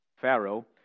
Pharaoh